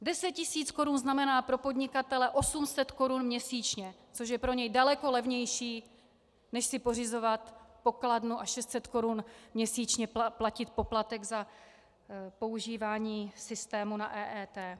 Deset tisíc korun znamená pro podnikatele 800 korun měsíčně, což je pro něj daleko levnější než si pořizovat pokladnu a 600 korun měsíčně platit poplatek za používání systému na EET.